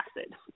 acid